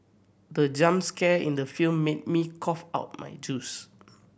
the jump scare in the film made me cough out my juice